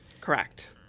Correct